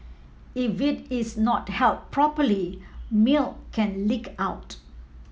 if it is not held properly milk can leak out